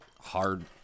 hard